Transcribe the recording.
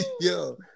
yo